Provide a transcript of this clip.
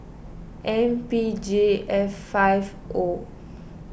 M P J F five O